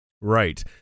Right